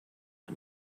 and